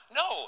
no